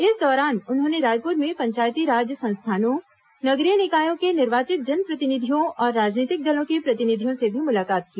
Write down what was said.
इस दौरान उन्होंने रायपुर में पंचायती राज संस्थानों नगरीय निकायों के निर्वाचित जनप्रतिनिधियों और राजनीतिक दलों के प्रतिनिधियों से भी मुलाकात की